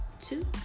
two